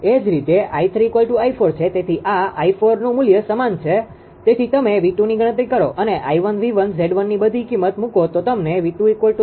તેથી આ 𝑖4નું સમાન મૂલ્ય છે તેથી તમે 𝑉2ની ગણતરી કરો અને 𝐼1 𝑉1 𝑍1ની બધી કિંમત મુકો તો તમને 𝑉2 0